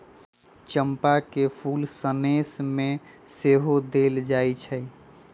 चंपा के फूल सनेश में सेहो देल जाइ छइ